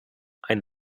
ein